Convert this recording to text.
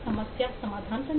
समस्या समाधान करने के लिए